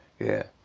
yeah.